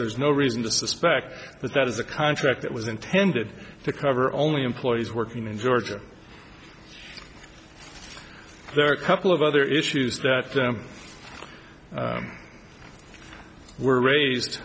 there's no reason to suspect that that is a contract that was intended to cover only employees working in georgia there are a couple of other issues that them were raised